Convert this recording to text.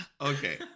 Okay